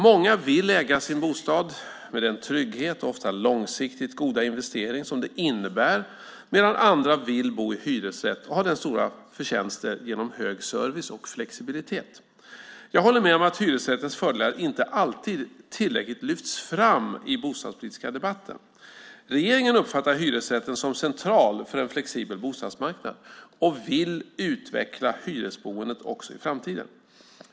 Många vill äga sin bostad med den trygghet och ofta långsiktigt goda investering som det innebär, medan andra vill bo i hyresrätt som har stora förtjänster genom hög service och flexibilitet. Jag håller med om att hyresrättens fördelar inte alltid tillräckligt lyfts fram i den bostadspolitiska debatten. Regeringen uppfattar hyresrätten som central för en flexibel bostadsmarknad och vill utveckla hyresboendet också i framtiden.